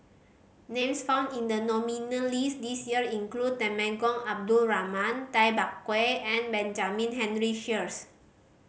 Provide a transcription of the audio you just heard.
names found in the nominee list this year include Temenggong Abdul Rahman Tay Bak Koi and Benjamin Henry Sheares